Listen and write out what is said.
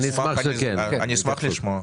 אני אשמח לשמוע אותו.